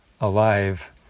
alive